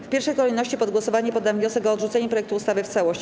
W pierwszej kolejności pod głosowanie poddam wniosek o odrzucenie projektu ustawy w całości.